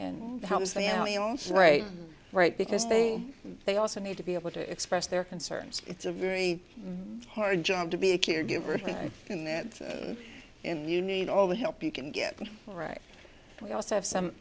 right right because they they also need to be able to express their concerns it's a very hard job to be a caregiver in that in you need all the help you can get right and we also have some